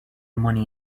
money